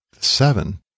seven